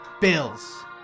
Bills